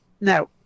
Now